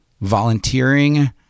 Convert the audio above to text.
volunteering